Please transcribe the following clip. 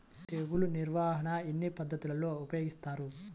తెగులు నిర్వాహణ ఎన్ని పద్ధతులలో నిర్వహిస్తారు?